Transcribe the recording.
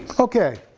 okay,